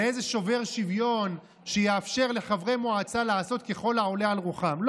באיזה שובר שוויון שיאפשר לחברי מועצה לעשות ככל העולה על רוחם.